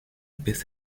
biss